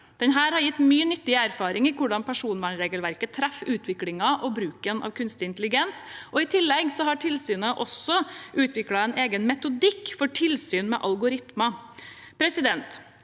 Denne har gitt mye nyttig erfaring i hvordan personvernregelverket treffer utviklingen og bruken av kunstig intelligens. I tillegg har tilsynet utviklet en egen metodikk for tilsyn med algoritmer. Regjeringen